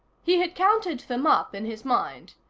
he had counted them up in his mind.